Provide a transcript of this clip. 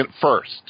first